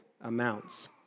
amounts